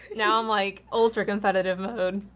now i'm like ultra competitive mode.